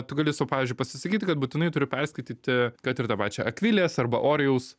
tu gali sau pavyzdžiui pasisakyti kad būtinai turi perskirstyti kad ir tą pačią akvilės arba orijaus